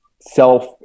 self